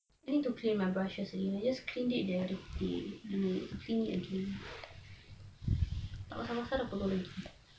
I need to clean my brushes again just clean it the other day clean it again then I need to clean it again tak pasal-pasal dah kotor lagi